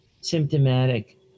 symptomatic